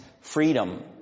freedom